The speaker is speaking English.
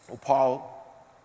Paul